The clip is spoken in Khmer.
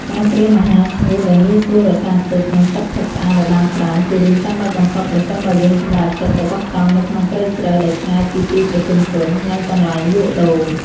ការត្រៀមអាហារស្ងួតដែលងាយស្រួលរក្សាទុក និង ទឹកផឹកស្អាតឱ្យបានច្រើនជារឿងចាំបាច់បំផុតប្រសិនបើយើងសម្រេចចិត្តទៅបោះតង់នៅក្នុងព្រៃជ្រៅដែលឆ្ងាយពីទីប្រជុំជន និង កន្លែងលក់ដូរ។